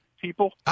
people